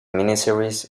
miniseries